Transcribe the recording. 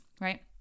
right